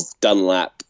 Dunlap